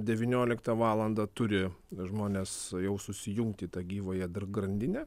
devynioliktą valandą turi žmonės jau susijungti į tą gyvąją grandinę